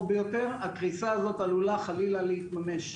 ביותר הקריסה הזאת עלולה חלילה להתממש.